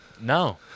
No